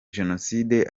jenoside